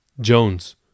Jones